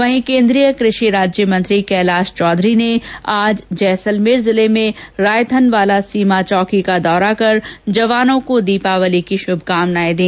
वहीं केन्द्रीय कृषि राज्यमंत्री कैलाश चौधरी ने आज जैसलमेर जिले में रायथनवाला सीमा चौकी का दौरा कर जवानों को दीपावली की शुभकामनायें दी